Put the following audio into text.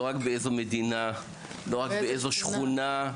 לא רק באיזו מדינה ולא רק באיזו שכונה.